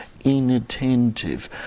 inattentive